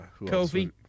Kofi